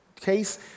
case